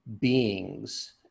beings